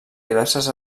diverses